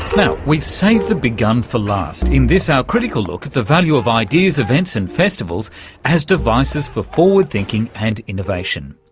we've saved the big gun for last in this, our critical look at the value of ideas events and festivals as devices for forward thinking and innovation.